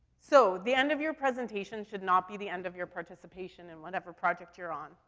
so the end of your presentation should not be the end of your participation in whatever project your on.